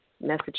message